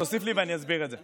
תוסיף לי, ואני אסביר את זה.